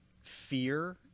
fear –